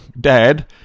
Dad